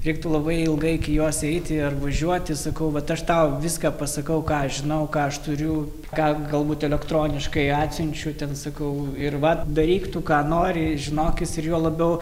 reiktų labai ilgai iki jos eiti ar važiuoti sakau vat aš tau viską pasakau ką aš žinau ką aš turiu ką galbūt elektroniškai atsiunčiu ten sakau ir vat daryk tu ką nori žinokis ir juo labiau